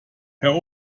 herr